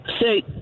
Say